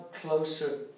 closer